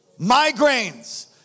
Migraines